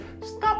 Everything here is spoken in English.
Stop